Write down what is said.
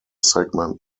segment